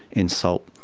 insult,